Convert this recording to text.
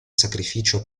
sacrificio